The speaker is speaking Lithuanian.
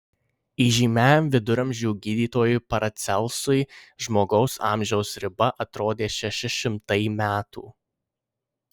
įžymiajam viduramžių gydytojui paracelsui žmogaus amžiaus riba atrodė šeši šimtai metų